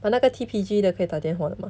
but 那个 T_P_G 的可以打电话的吗